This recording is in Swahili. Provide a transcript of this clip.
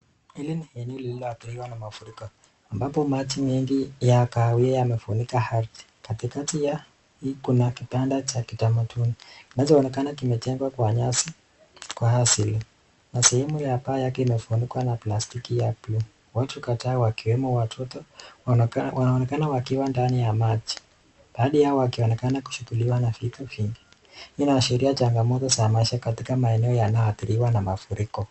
Hili ni eneo lililo athiriwa na mafuriko ambapo maji mengi ya kahawia yamefunika ardhi, katikati ya hii kuna kitanda cha utamaduni , kinachoonekana kimejengwa kwa nyasi kwa asili, kwa sehemu ya paa yake imefunikwa kwa plastiki ya buluu, watu kadhaa wakiwemo watoto wanaonekana wakiwa ndani ya maji, baadhi yao wakionekana kukushughulika na vitu vingi, hii inaashiria changamoto za maisha katika maeneo yanayoadhiriwa na mafuriko.